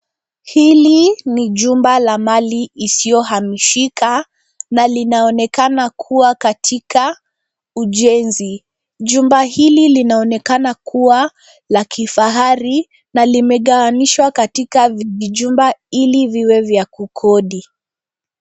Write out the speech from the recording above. Hili ni jumba la mali isiyohamishika na linaonekana kuwa katika ujenzi. Jumba hili linaonekana kuwa la kifahari na limegawanishwa katika vijijumba ili viwe vya kukodi.